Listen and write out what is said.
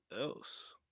else